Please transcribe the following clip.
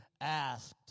asked